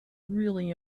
really